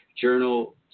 journal